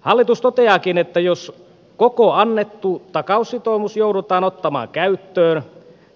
hallitus toteaakin että jos koko annettu takaussitoumus joudutaan ottamaan käyttöön